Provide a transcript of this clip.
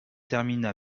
termina